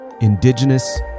indigenous